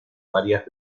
varias